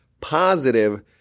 positive